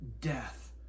death